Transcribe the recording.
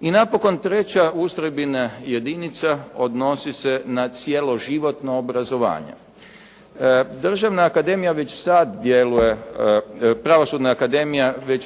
I napokon treća ustrojbena jedinica odnosi se na cjeloživotno obrazovanje. Pravosudna akademija već